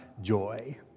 joy